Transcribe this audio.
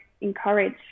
encourage